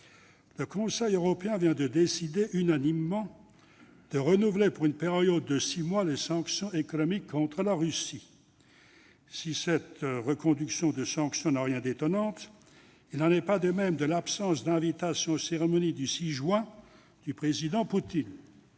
Le Conseil européen vient de décider unanimement de renouveler pour une période de six mois les sanctions économiques contre la Russie. Si cette décision n'a rien d'étonnant, il n'en est pas de même de l'absence d'invitation aux cérémonies du 6 juin dernier du président Poutine.